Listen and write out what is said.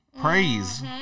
Praise